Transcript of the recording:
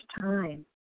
time